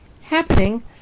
happening